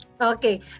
Okay